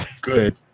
Good